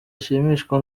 ashimishwa